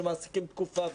שמעסיקים תקופה,